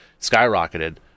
skyrocketed